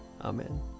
Amen